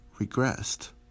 regressed